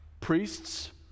Priests